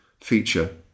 feature